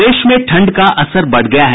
प्रदेश में ठंड का असर बढ़ गया है